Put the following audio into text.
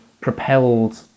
propelled